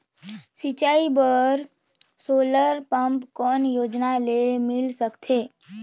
सिंचाई बर solar pump कौन योजना ले मिल सकथे?